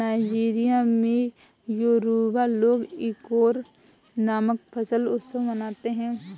Nigeria में Yoruba लोग Ikore नामक फसल उत्सव मनाते हैं